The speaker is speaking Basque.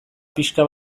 pixka